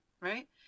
right